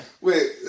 Wait